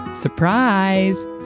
Surprise